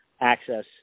access